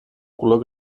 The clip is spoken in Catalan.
color